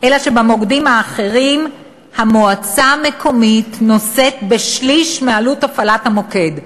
אלא שבמוקדים האחרים המועצה המקומית נושאת בשליש מעלות הפעלת המוקד.